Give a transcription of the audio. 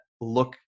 look